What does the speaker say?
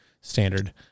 Standard